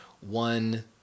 one